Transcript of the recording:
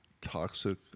toxic